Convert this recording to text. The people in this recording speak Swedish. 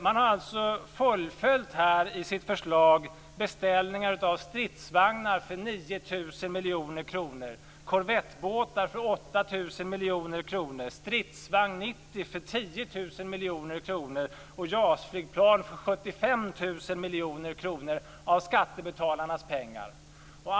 Man har i sitt förslag fullföljt beställningar av stridsvagnar för 9 000 miljoner kronor, korvettbåtar för 8 000 miljoner kronor, Stridsvagn 90 för 10 000 miljoner kronor och JAS-flygplan för 75 000 miljoner kronor av skattebetalarnas pengar.